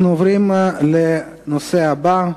אנחנו עוברים לנושא הבא: